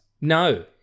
No